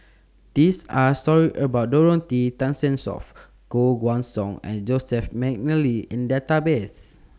These Are stories about Dorothy Tessensohn Koh Guan Song and Joseph Mcnally in Database